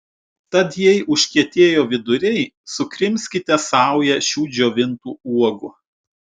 tad jei užkietėjo viduriai sukrimskite saują šių džiovintų uogų